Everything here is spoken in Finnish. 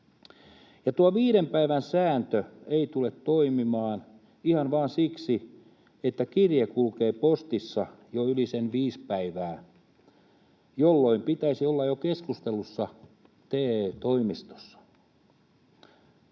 Tuo viiden päivän sääntö ei tule toimimaan ihan vain siksi, että kirje kulkee postissa jo yli sen viisi päivää, jolloin pitäisi olla jo keskustelussa TE-toimistossa.